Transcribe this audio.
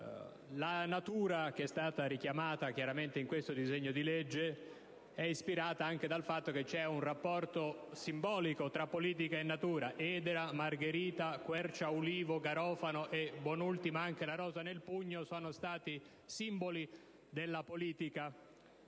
alla natura che è contenuto in questo disegno di legge è ispirato anche dal fatto che c'è un rapporto simbolico tra politica e natura: edera, margherita, quercia, ulivo, garofano, e buon'ultima anche la rosa nel pugno sono stati simboli della politica,